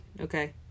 okay